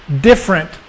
different